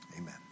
Amen